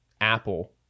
Apple